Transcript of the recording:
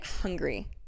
hungry